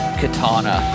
katana